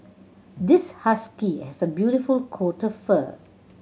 this husky has a beautiful coat of fur